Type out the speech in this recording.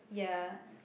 ya